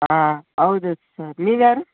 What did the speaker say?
ಹಾಂ ಹೌದು ಸರ್ ನೀವು ಯಾರು